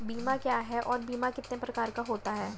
बीमा क्या है और बीमा कितने प्रकार का होता है?